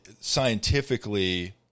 scientifically